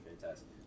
Fantastic